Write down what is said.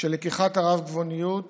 של לקיחת הרב-גוניות